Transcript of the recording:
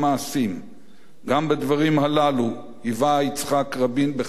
גם בדברים הללו היווה יצחק רבין בחייו מופת.